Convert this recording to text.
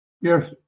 Yes